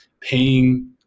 paying